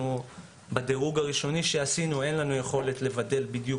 בדירוג הראשוני שעשינו אין לנו יכולת לבדל בדיוק